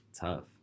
tough